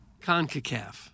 Concacaf